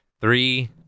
three